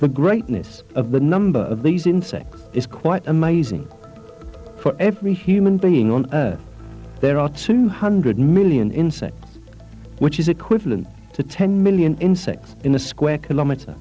the greatness of the number of these insects is quite amazing for every human being on earth there are two hundred million insects which is equivalent to ten million insects in a square kilometer